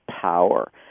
power